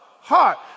heart